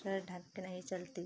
sir ढँक के नहीं चलती